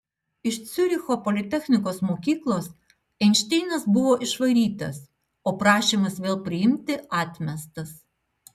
iš ciuricho politechnikos mokyklos einšteinas buvo išvarytas o prašymas vėl priimti atmestas